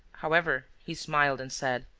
however, he smiled and said